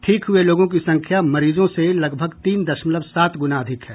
ठीक हुए लोगों की संख्या मरीजों से लगभग तीन दशमलव सात गुना अधिक है